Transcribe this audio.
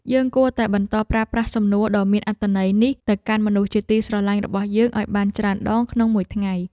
យើងគួរតែបន្តប្រើប្រាស់សំណួរដ៏មានអត្ថន័យនេះទៅកាន់មនុស្សជាទីស្រឡាញ់របស់យើងឱ្យបានច្រើនដងក្នុងមួយថ្ងៃ។